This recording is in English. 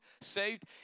saved